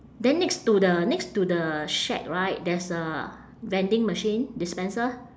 then next to the next to the shack right there's a vending machine dispenser